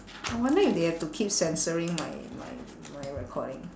I wonder if they have to keep censoring my my my recording